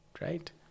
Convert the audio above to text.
right